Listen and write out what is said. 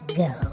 go